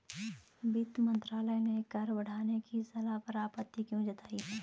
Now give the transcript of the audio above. वित्त मंत्रालय ने कर बढ़ाने की सलाह पर आपत्ति क्यों जताई?